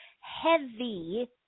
heavy